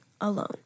alone